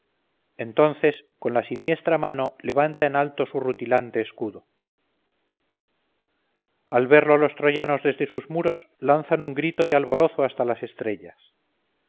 entonces con la siniestra mano levanta en alto su rutilante escudo al verlo los troyanos desde sus muros lanzan un grito de alborozo hasta las estrellas